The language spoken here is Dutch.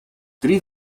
drie